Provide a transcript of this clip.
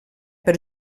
per